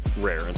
rare